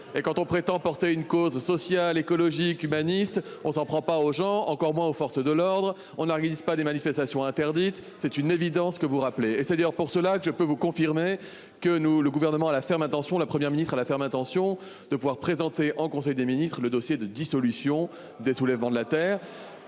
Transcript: Et quand on prétend porter une cause sociale écologique humaniste. On s'en prend pas aux gens encore moins aux forces de l'ordre, on n'organise pas des manifestations interdites. C'est une évidence que vous rappelez, et c'est d'ailleurs pour cela que je peux vous confirmer que nous. Le gouvernement a la ferme intention la Première ministre à la ferme intention de pouvoir présenter en conseil des ministres le dossier de dissolution de soulèvements de la Terre.